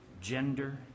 gender